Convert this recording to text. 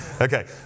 Okay